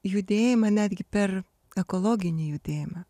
judėjimą netgi per ekologinį judėjimą